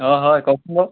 অঁ হয় কওকচোন বাৰু